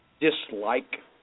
dislike